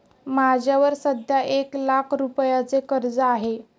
माझ्यावर सध्या एक लाख रुपयांचे कर्ज आहे